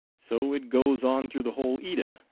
so it goes on through the whole edda,